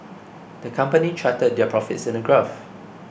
the company charted their profits in a graph